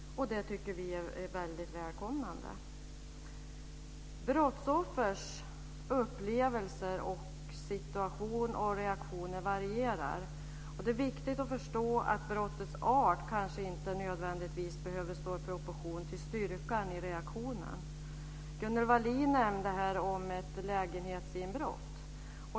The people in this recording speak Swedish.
Det tycker vi är välkommet. Brottsoffers upplevelser, deras situation och reaktioner varierar. Det är viktigt att förstå att brottets art kanske inte nödvändigtvis behöver stå i proportion till styrkan i reaktionen. Gunnel Wallin nämnde här ett lägenhetsinbrott.